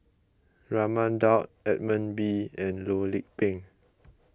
Raman Daud Edmund Wee and Loh Lik Peng